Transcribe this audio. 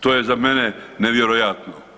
To je za mene nevjerojatno.